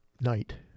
night